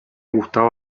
gustaba